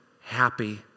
happy